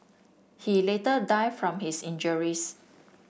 he later die from his injuries